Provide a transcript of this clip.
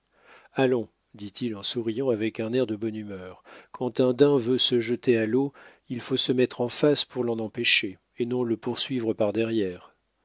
allons dit-il en souriant avec un air de bonne humeur quand un daim veut se jeter à l'eau il faut se mettre en face pour l'en empêcher et non le poursuivre par derrière